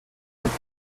plait